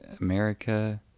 America